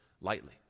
lightly